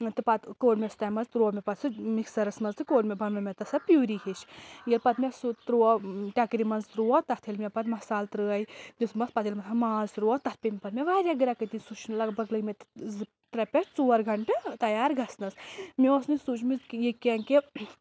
تہٕ پَتہٕ کوٚڑ مےٚ سُہ تَمہِ منٛز تروو مےٚ پتہٕ سُہ مِکسرَس منٛز تہٕ کوٚڑ مےٚ بَنو مےٚ تَتھ سۄ پِیوٗری ہیٚچھ ییٚلہِ پتہٕ مےٚ سُہ تروو ٹکرِ منٛز ترٛوو تَتھ ییٚلہِ مےٚ پتہٕ مصالہٕ ترٛٲے دِژمَس پَتہٕ ییٚلہِ مےٚ سۄ ماز ترٛوو تَتھ پیٚیہِ مےٚ پتہٕ مےٚ واریاہ گرِٮ۪کہ دِنۍ سُہ چھُ لگ بگ لٔگۍ مےٚ زٕ ترٛےٚ پؠٹھ ژور گنٛٹہٕ تیار گژھنَس مےٚ اوس نہٕ سوٗچمٕژ یہِ کینٛہہ کہِ